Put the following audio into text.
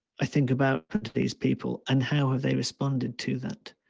i think about these people and how have they responded to that?